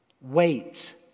Wait